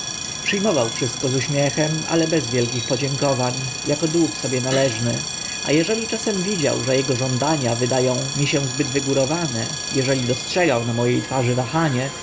mował wszystko z uśmiechem ale bez wielkich podziękowań ako dług sobie należny a eśli czasem widział że ego żądania wyda ą mi się zbyt wygórowane eżeli dostrzegł na mo e twarzy wahaanachoreczny